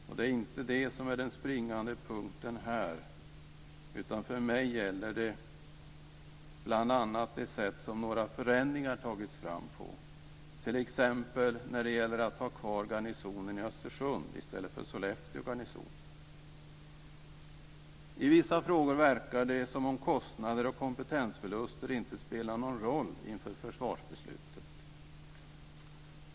Men det är inte det som är den springande punkten här, utan för mig gäller det bl.a. det sätt som några förändringar har tagits fram på, t.ex. när det gäller att ha kvar garnisonen i Östersund i stället för Sollefteå garnison. I vissa frågor verkar det som att kostnader och kompetensförluster inte spelar någon roll inför försvarsbeslutet.